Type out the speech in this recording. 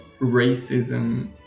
racism